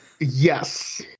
yes